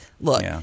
Look